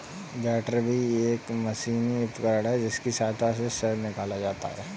बैटरबी एक मशीनी उपकरण है जिसकी सहायता से शहद निकाला जाता है